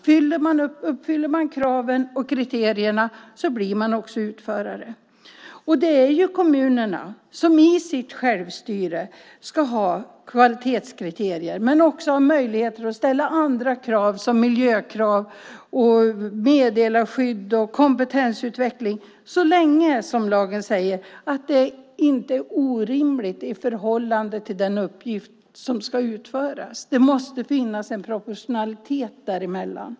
Om man uppfyller kraven och kriterierna blir man också utförare. Det är kommunerna som i sitt självstyre ska ha kvalitetskriterier men också möjligheter att ställa andra krav - miljökrav, meddelarskydd, kompetensutveckling - så länge lagen säger att det inte är orimligt i förhållande till den uppgift som ska utföras. Det måste finnas en proportionalitet däremellan.